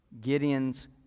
Gideon's